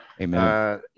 amen